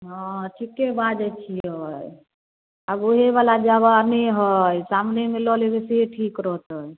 हँ ठीके बाजै छियै आब उहे बला जबाने है सामने मे लऽ लेबै से हे ठीक रहतै